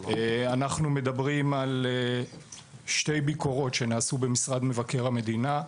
אנחנו מדברים על שתי ביקורות שנעשו במשרד מבקר המדינה,